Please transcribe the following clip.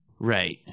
Right